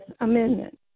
Amendment